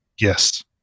Yes